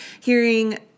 hearing